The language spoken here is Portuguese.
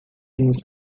nos